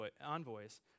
envoys